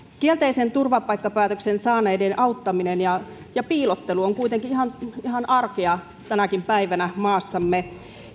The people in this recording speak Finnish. kielteisen turvapaikkapäätöksen saaneiden auttaminen ja ja piilottelu ovat kuitenkin ihan ihan arkea tänäkin päivänä maassamme